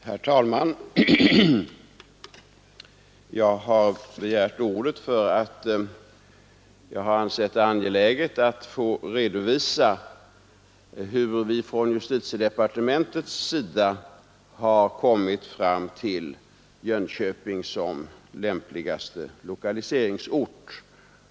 Herr talman! Jag har begärt ordet därför att jag har ansett det angeläget att få redovisa hur vi från justitiedepartementets sida har kommit fram till att Jönköping är den lämpliga lokaliseringsorten.